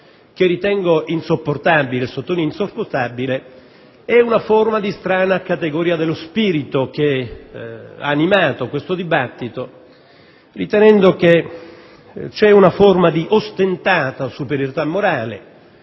ritengo insopportabile - e sottolineo insopportabile - è una strana categoria dello spirito che ha animato questo dibattito, ritenendo che vi sia una ostentata superiorità morale